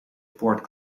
port